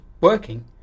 working